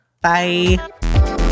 Bye